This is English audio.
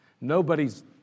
Nobody's